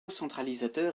centralisateur